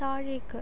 താഴേക്ക്